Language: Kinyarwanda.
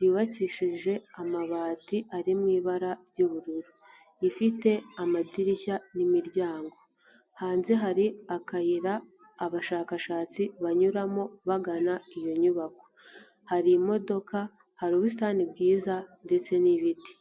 yubakishije amabati ari mu ibara ry'ubururu, ifite amadirishya n'imiryango, hanze hari akayira abashakashatsi banyuramo bagana iyo nyubako, hari imodoka, hari ubusitani bwiza ndetse n'ibiti.